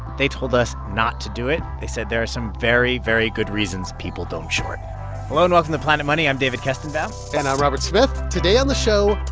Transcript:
they told us not to do it. they said there are some very, very good reasons people don't short hello, and welcome to planet money. i'm david kestenbaum and i'm robert smith. today on the show,